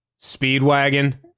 Speedwagon